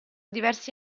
diversi